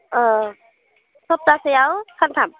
सप्ताहसेयाव सानथाम